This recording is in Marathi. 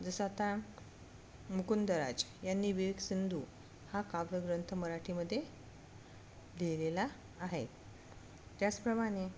जसं आता मुकुंदराज यांनी विवेकसिंधू हा काव्यग्रंथ मराठीमध्ये लिहिलेला आहे त्याचप्रमाणे